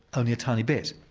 only a tiny bit.